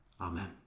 Amen